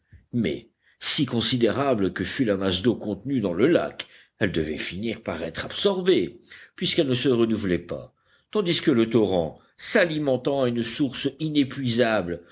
mais si considérable que fût la masse d'eau contenue dans le lac elle devait finir par être absorbée puisqu'elle ne se renouvelait pas tandis que le torrent s'alimentant à une source inépuisable